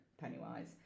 Pennywise